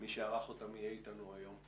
שמי שערך אותם יהיה אתנו היום,